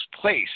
place